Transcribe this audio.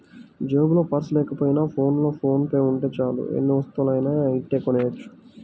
జేబులో పర్సు లేకపోయినా ఫోన్లో ఫోన్ పే ఉంటే చాలు ఎన్ని వస్తువులనైనా ఇట్టే కొనెయ్యొచ్చు